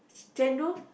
chendol